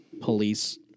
police